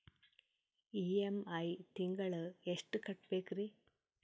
EMI ತಿಂಗಳ ಎಷ್ಟು ಕಟ್ಬಕ್ರೀ?